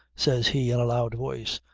says he in a loud voice.